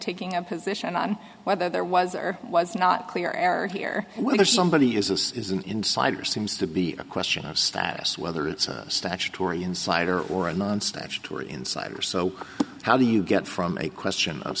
taking a position on whether there was or was not clear error here with somebody is this is an insider seems to be a question of status whether it's a statutory insider or a non statutory insider so how do you get from a question of